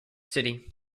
city